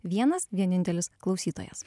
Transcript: vienas vienintelis klausytojas